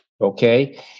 Okay